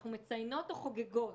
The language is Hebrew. אנחנו מציינות או חוגגות,